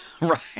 Right